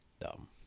Dumb